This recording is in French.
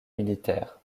militaires